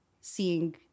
seeing